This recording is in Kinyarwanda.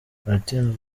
martin